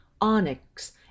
onyx